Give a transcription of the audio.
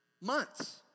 Months